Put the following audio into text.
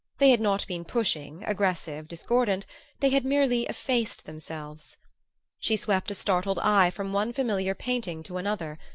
they had not been pushing, aggressive, discordant they had merely effaced themselves she swept a startled eye from one familiar painting to another.